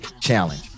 Challenge